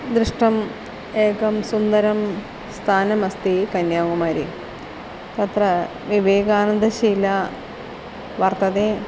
दृष्टम् एकं सुन्दरं स्थानमस्ति कन्याकुमारी तत्र विवेकानन्दशिला वर्तते